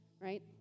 Right